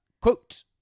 quote